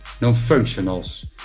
non-functionals